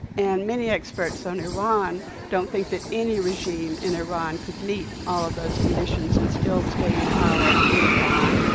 and many experts on iran don't think that any regime in iran could meet all of those conditions and still stay in power in iran,